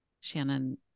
Shannon